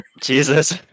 Jesus